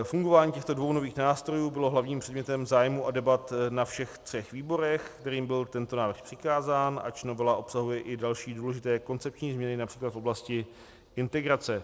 Fungování těchto dvou nových nástrojů bylo hlavním předmětem zájmu a debat na všech třech výborech, kterým byl tento návrh přikázán, ač novela obsahuje i další důležité koncepční změny, například v oblasti integrace.